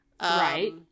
Right